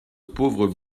pauvre